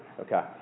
Okay